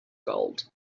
gold